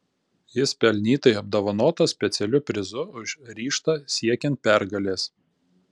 jis pelnytai apdovanotas specialiu prizu už ryžtą siekiant pergalės